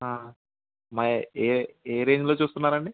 మరి ఏ ఏ రేంజ్లో చూస్తున్నారు అండి